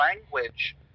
language